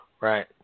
Right